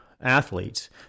athletes